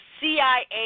CIA